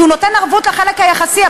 כי הוא נותן ערבות לחלק היחסי.